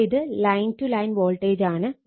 അപ്പോൾ ഇത് line to line voltage ആണ്